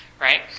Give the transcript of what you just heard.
right